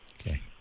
Okay